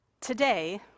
Today